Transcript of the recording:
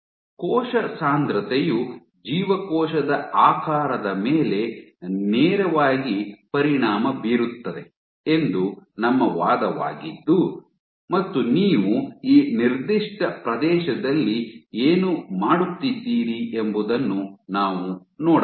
ಕೋಶ ಸಾಂದ್ರತೆಯು ಜೀವಕೋಶದ ಆಕಾರದ ಮೇಲೆ ನೇರವಾಗಿ ಪರಿಣಾಮ ಬೀರುತ್ತದೆ ಎಂದು ನಮ್ಮ ವಾದವಾಗಿದ್ದು ಮತ್ತು ನೀವು ಈ ನಿರ್ದಿಷ್ಟ ಪ್ರದೇಶದಲ್ಲಿ ಏನು ಮಾಡುತ್ತಿದ್ದೀರಿ ಎಂಬುದನ್ನು ನಾವು ನೋಡಬಹುದು